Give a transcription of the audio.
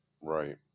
Right